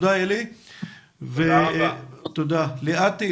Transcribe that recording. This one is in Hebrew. נמצאת אתנו ליאת?